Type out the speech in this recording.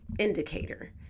Indicator